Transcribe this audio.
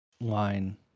line